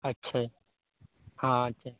अच्छा हॅं छै